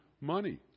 money